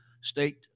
state